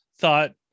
thought